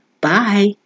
Bye